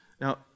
Now